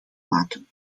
maken